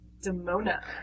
Demona